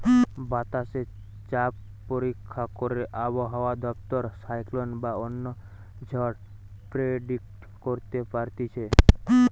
বাতাসে চাপ পরীক্ষা করে আবহাওয়া দপ্তর সাইক্লোন বা অন্য ঝড় প্রেডিক্ট করতে পারতিছে